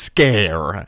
Scare